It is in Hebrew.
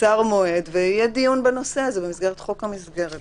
קצר מועד ויהיה דיון בנושא הזה במסגרת חוק המסגרת.